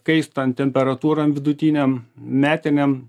kaistant temperatūrom vidutinėm metinėm